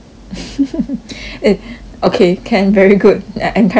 eh okay can very good I encourage you